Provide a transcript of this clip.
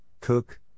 cook